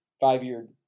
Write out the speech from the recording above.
five-year